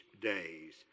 days